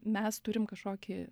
mes turim kažkokį